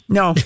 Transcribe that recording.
no